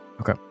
Okay